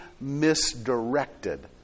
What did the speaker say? misdirected